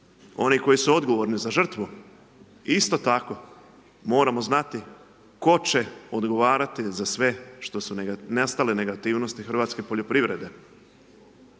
oni koji su odgovorni za žrtvu i isto tako moramo znati tko će odgovarati za sve što su nastale negativnosti hrvatske poljoprivrede.